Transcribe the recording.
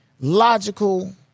logical